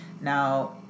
now